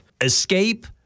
Escape